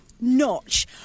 notch